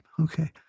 Okay